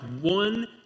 one